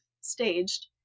staged